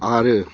आरो